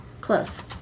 close